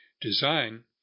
design